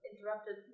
Interrupted